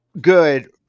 Good